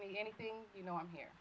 need anything you know i'm here